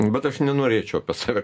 bet aš nenorėčiau pas save